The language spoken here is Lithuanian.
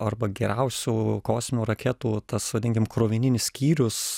arba geriausių kosminių raketų tas vadinkim krovininis skyrius